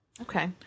okay